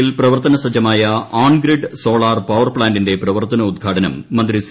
യിൽ പ്രവർത്തന സജ്ജമായ ഓൺഗ്രിഡ് സോളാർ പവർ പ്ലാന്റിന്റെ പ്രവർത്തനോദ്ഘാടനം മന്ത്രി സി